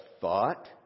thought